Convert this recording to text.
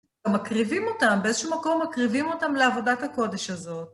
מקריבים אותם, באיזשהו מקום מקריבים אותם לעבודת הקודש הזאת.